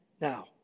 Now